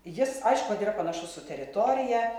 jis aišku kad yra panašus su teritorija